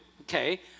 Okay